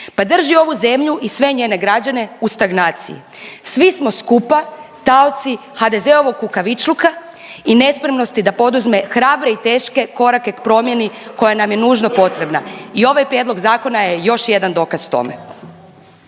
pa drži ovu zemlju i sve njene građane u stagnaciji. Svi smo skupa taoci HDZ-ovog kukavičluka i nespremnosti da poduzme hrabre i teške korake k promjeni koja nam je nužno potrebna i ovaj prijedlog zakona je još jedan dokaz tome.